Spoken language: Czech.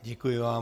Děkuji vám.